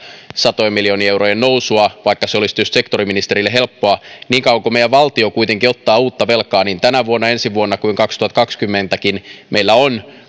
satojen miljoonien eurojen nousua vaikka se olisi tietysti sektoriministerille helppoa niin kauan kuin meidän valtio kuitenkin ottaa uutta velkaa niin tänä vuonna ensi vuonna kuin kaksituhattakaksikymmentäkin meillä on